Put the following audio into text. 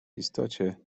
istocie